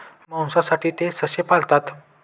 मांसासाठी ते ससे पाळतात